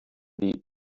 die